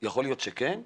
יכול להיות שכן,